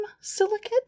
silicate